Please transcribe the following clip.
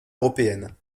européenne